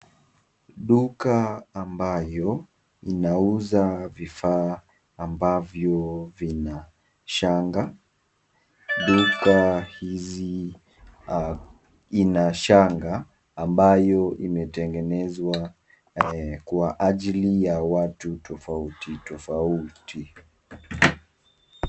Duka ambayo inauza bidhaa ambavyo vina shanga .Duka hizi zina shanga ambayo imetegenezwa kwa ajili ya watu tofauti.